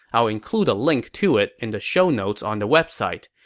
i'll include a link to it in the show notes on the website.